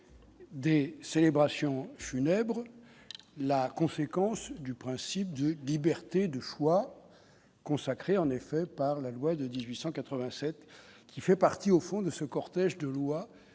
célébration funèbre la conséquence du principe de liberté de choix consacré en effet par la loi de 1887 qui fait partie, au fond de ce cortège de loi